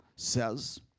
says